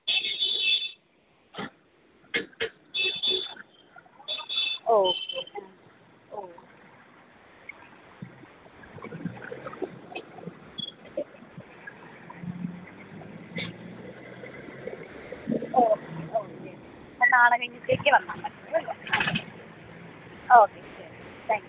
okay അ ഓ okay okay അപ്പം നാളെ കഴിഞ്ഞത്തേക്ക് വന്നാൽ മതിയല്ലേ ഓക്കെ ശരി താങ്ക് യു